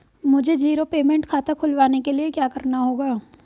मुझे zero payment खाता खुलवाने के लिए क्या करना होगा?